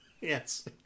Yes